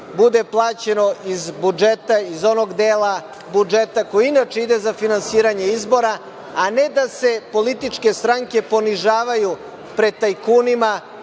bude plaćeno iz budžeta, iz onog dela budžeta koji inače ide za finansiranje izbora, a ne da se političke stranke ponižavaju pred tajkunima,